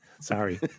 Sorry